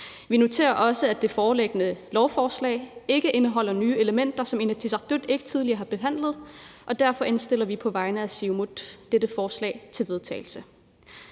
Vi noterer os også, at det foreliggende lovforslag ikke indeholder nye elementer, som Inatsisartut ikke tidligere har behandlet, og derfor indstiller vi på vegne af Siumut dette forslag til vedtagelse.